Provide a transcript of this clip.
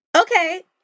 Okay